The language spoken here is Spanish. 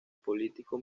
político